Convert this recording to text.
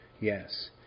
Yes